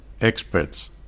experts